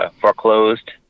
foreclosed